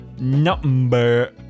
Number